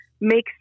makes